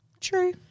True